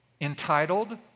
entitled